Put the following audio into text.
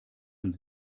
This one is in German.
und